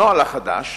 הנוהל החדש